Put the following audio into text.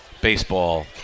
baseball